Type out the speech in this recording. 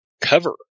cover